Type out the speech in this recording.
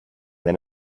than